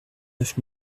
neuf